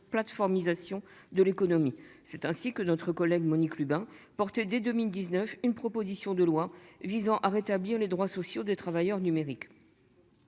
plateforme isolation de l'économie, c'est ainsi que notre collègue Monique Lubin porter dès 2019 une proposition de loi visant à rétablir les droits sociaux des travailleurs numérique.